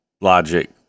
logic